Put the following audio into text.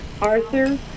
Arthur